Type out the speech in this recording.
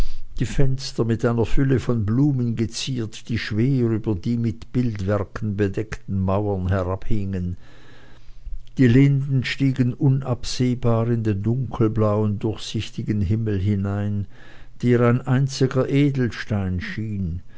die fenster mit einer fülle von blumen geziert die schwer über die mit bildwerken bedeckten mauern herabhingen die linden stiegen unabsehbar in den dunkelblauen durchsichtigen himmel hinein der ein einziger edelstein schien